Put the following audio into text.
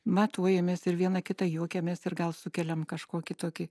matuojamės ir viena kitai juokiamės ir gal sukeliam kažkokį tokį